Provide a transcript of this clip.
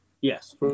Yes